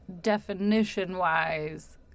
definition-wise